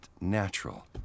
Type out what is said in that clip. natural